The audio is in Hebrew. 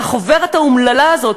על החוברת האומללה הזאת,